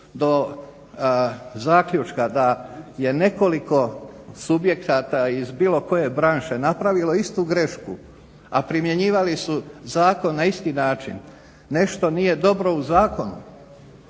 do zaključka da je nekoliko subjekata iz bilo koje branše napravilo istu grešku, a primjenjivali su zakon na isti način, nešto nije dobro u zakonu.